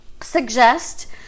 suggest